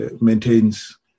maintains